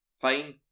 Fine